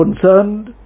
concerned